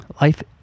Life